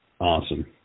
Awesome